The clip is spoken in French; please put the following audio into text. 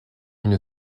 une